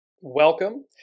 welcome